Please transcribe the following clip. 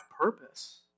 purpose